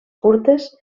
curtes